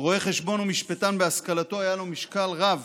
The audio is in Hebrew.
כרואה חשבון ומשפטן בהשכלתו היה לדבריו משקל רב